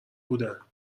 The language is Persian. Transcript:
بودن